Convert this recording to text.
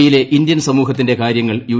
E യിലെ Indian സമൂഹത്തിന്റെ കാര്യങ്ങൾ യു